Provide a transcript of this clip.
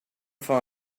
for